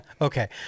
Okay